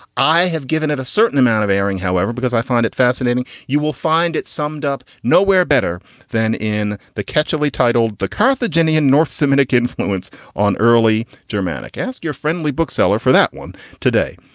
i have given it a certain amount of aring, however, because i find it fascinating. you will find it summed up nowhere better than in the catch, oddly titled the carthaginian north semitic influence on early germanic. ask your friendly bookseller for that one today.